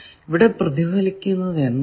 ഇവിടെ പ്രതിഫലിക്കുന്നത് എന്താണ്